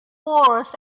wars